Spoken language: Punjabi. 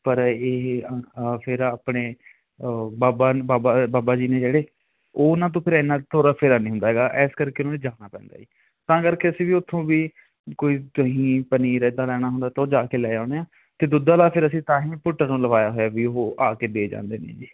ਪਰ ਇਹ ਫਿਰ ਆਪਣੇ ਬਾਬਾ ਬਾਬਾ ਬਾਬਾ ਜੀ ਨੇ ਜਿਹੜੇ ਉਹ ਉਹਨਾਂ ਤੋਂ ਫਿਰ ਇੰਨਾ ਤੋਰਾ ਫੇਰਾ ਨਹੀਂ ਹੁੰਦਾ ਹੈਗਾ ਇਸ ਕਰਕੇ ਉਹਨਾਂ ਨੂੰ ਜਾਣਾ ਪੈਂਦਾ ਜੀ ਤਾਂ ਕਰਕੇ ਅਸੀਂ ਵੀ ਉੱਥੋਂ ਵੀ ਕੋਈ ਦਹੀਂ ਪਨੀਰ ਇੱਦਾ ਲੈਣਾ ਹੁੰਦਾ ਤਾਂ ਉਹ ਜਾ ਕੇ ਲੈ ਆਉਂਦੇ ਆ ਅਤੇ ਦੁੱਧ ਵਾਲਾ ਫਿਰ ਅਸੀਂ ਤਾਂ ਹੀ ਭੁੱਟਰ ਨੂੰ ਲਗਵਾਇਆ ਹੋਇਆ ਵੀ ਉਹ ਆ ਕੇ ਦੇ ਜਾਂਦੇ ਨੇ ਜੀ